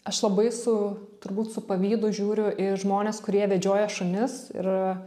aš labai su turbūt su pavydu žiūriu į žmones kurie vedžioja šunis ir